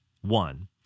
One